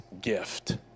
gift